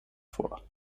vor